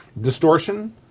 distortion